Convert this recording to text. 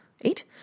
eight